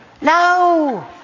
No